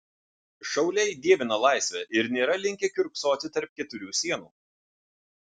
šauliai dievina laisvę ir nėra linkę kiurksoti tarp keturių sienų